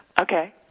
Okay